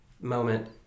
moment